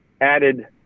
added